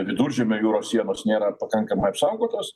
viduržemio jūros sienos nėra pakankamai apsaugotos